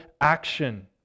action